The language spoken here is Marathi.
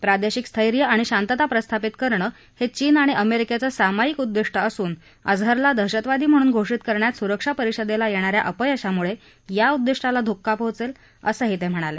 प्रादेशिक स्थैर्य आणि शांतता प्रस्थापित करणं हे चीन आणि अमेरिकेचं सामायिक उद्दिष्ट असून अजहरला दहशतवादी म्हणून घोषित करण्यात स्रक्षा परिषदेला येणा या अपयशाम्ळे या उद्दिष्टाला धक्का पोहोचेल असंही ते म्हणाले